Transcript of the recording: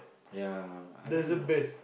yeah I think the